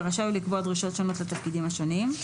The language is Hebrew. ורשאי הוא לקבוע דרישות שונות לתפקידים השונים.